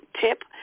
tip